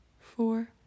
four